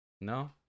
No